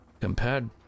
compared